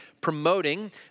promoting